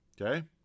okay